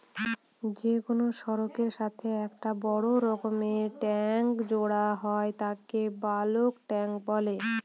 যে কোনো সড়কের সাথে একটা বড় রকমের ট্যাংক জোড়া হয় তাকে বালক ট্যাঁক বলে